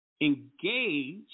engage –